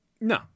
No